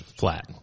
flat